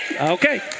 Okay